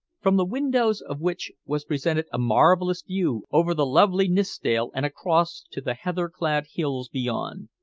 from the windows of which was presented a marvelous view over the lovely nithsdale and across to the heather-clad hills beyond.